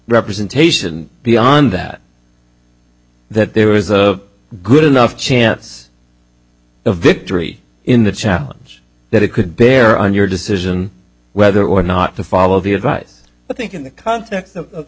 representation beyond that that there is a good enough chance of victory in the challenge that it could bear on your decision whether or not to follow the advice i think in the context of the